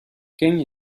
quem